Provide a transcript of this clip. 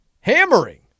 hammering